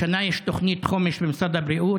השנה יש תוכנית חומש במשרד הבריאות.